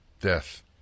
death